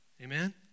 amen